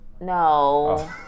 No